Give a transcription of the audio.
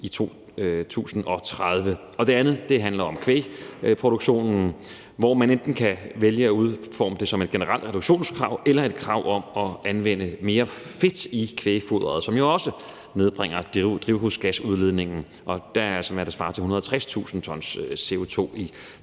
i 2030. Det andet handler om kvægproduktionen, hvor man enten kan vælge at udforme det som et generelt reduktionskrav eller et krav om at anvende mere fedt i kvægfoderet, hvilket jo også nedbringer drivhusgasudledningen. Det giver altså, hvad der svarer til en reduktion på